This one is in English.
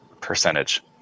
percentage